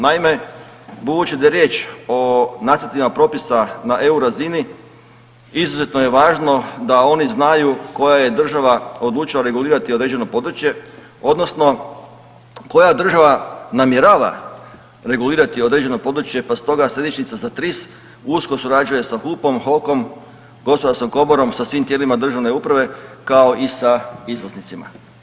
Naime, budući da je riječ o nacrtima propisa na EU razini izuzetno je važno da oni znaju koja je država odlučila regulirati određeno područje odnosno koja država namjerava regulirati određeno područje pa stoga središnjica za TRIS usko surađuje sa HUP-om, HOK-om, gospodarskom komorom, sa svim tijelima državne uprave kao i sa izvoznicima.